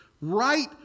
right